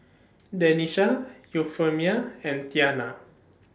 Denisha Euphemia and Tianna